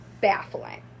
baffling